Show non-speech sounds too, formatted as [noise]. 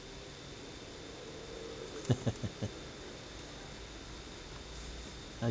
[laughs]